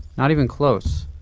not even close.